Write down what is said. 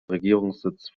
regierungssitz